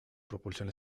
propulsión